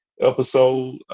Episode